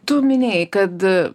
tu minėjai kad